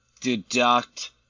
deduct